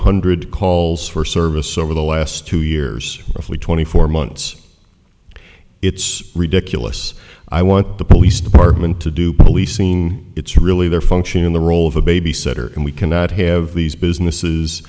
hundred calls for service over the last two years roughly twenty four months it's ridiculous i want the police department to do policing it's really their function in the role of a babysitter and we cannot have these businesses